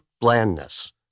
blandness